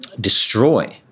destroy